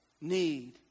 need